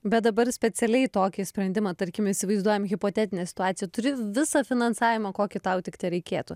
bet dabar specialiai tokį sprendimą tarkim įsivaizduojam hipotetinę situaciją turi visą finansavimą kokį tau tik tereikėtų